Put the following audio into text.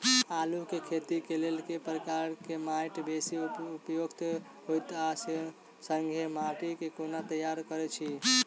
आलु केँ खेती केँ लेल केँ प्रकार केँ माटि बेसी उपयुक्त होइत आ संगे माटि केँ कोना तैयार करऽ छी?